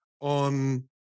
on